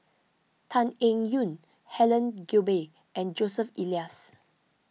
Tan Eng Yoon Helen Gilbey and Joseph Elias